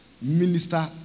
minister